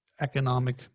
economic